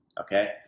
okay